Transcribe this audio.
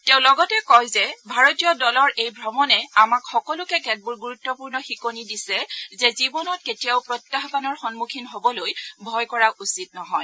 তেওঁ লগতে কয় যে ভাৰতীয় দলৰ এই ভ্ৰমণে আমাক সকলোকে কেতবোৰ গুৰুত্বপূৰ্ণ শিকনি দিছে যে জীৱনত কেতিয়াও প্ৰত্যাহ্বানৰ সন্মুখীন হ'বলৈ ভয় কৰা উচিত নহয়